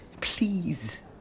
please